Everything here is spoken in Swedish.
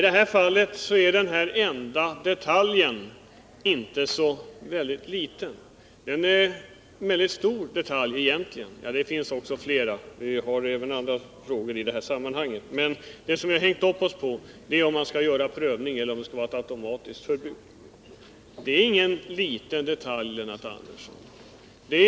I det här fallet är detaljen inte så väldigt liten. Egentligen är det en mycket stor detalj, och f. ö. finns det andra frågor i det här sammanhanget. Det som vi har fäst oss vid är emellertid om det skall vara prövning eller automatiskt förbud. Detta är ingen liten detalj, Lennart Andersson.